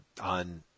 on